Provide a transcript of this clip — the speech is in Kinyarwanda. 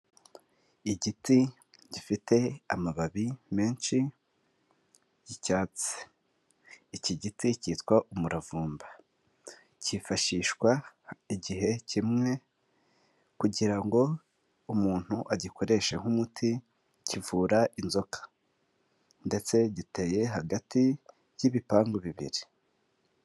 Igiti gifite amababi menshi y'icyatsi iki giti cyitwa umuravumba cyifashishwa igihe kimwe kugira ngo umuntu agikoreshe nk'umuti kivura inzoka, ndetse giteye hagati y'ibipangu bibiri.